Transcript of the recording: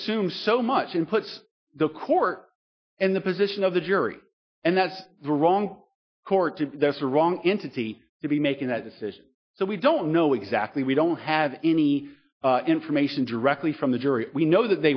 assumes so much and puts the court in the position of the jury and that's the wrong court to there's a wrong entity to be making that decision so we don't know exactly we don't have any information directly from the jury we know that